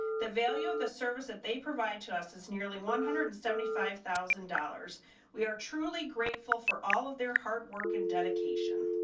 the value of the service that they provide to us as nearly one hundred and seventy five thousand dollars we are truly grateful for all of their hard work and dedication